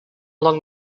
along